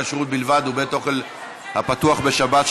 כשרות בלבד ובית-אוכל הפתוח בשבת),